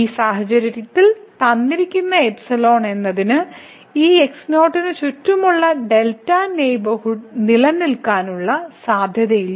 ഈ സാഹചര്യത്തിൽ തന്നിരിക്കുന്ന എന്നതിന് ഈ x0 ന് ചുറ്റുമുള്ള δ നെയ്ബർഹുഡ് നിലനിൽക്കാനുള്ള സാധ്യതയില്ല